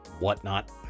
whatnot